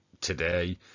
today